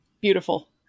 Beautiful